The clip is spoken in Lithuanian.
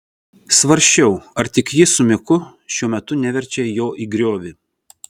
svarsčiau ar tik ji su miku šiuo metu neverčia jo į griovį